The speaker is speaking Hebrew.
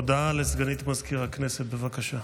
הודעה לסגנית מזכיר הכנסת, בבקשה.